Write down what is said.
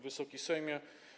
Wysoki Sejmie!